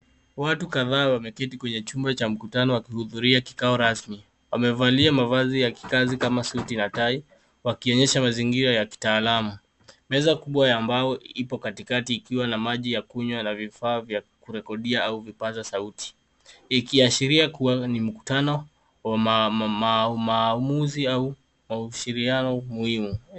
Watu kadhaa wameketi kwenye chumba cha mkutano wakihudhuria kikao rasmi. Wamevalia mavazi ya kikazi kama suti na tai wakionyesha mazingira ya kitaalamu. Meza kubwa ya mbao ipo katikati ikiwa na maji ya kukunywa na vifaa vya kurekodia au vipaza sauti, ikiashiria kuwa ni mkutano wa maamuzi au wa ushirikiano muhimu.